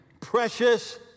precious